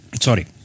Sorry